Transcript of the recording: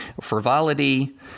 Frivolity